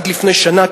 עד לפני שנה,